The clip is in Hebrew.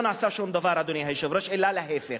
לא נעשה שום דבר, אדוני היושב-ראש, אלא להיפך.